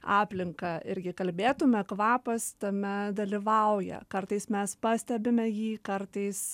aplinką irgi kalbėtume kvapas tame dalyvauja kartais mes pastebime jį kartais